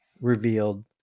Revealed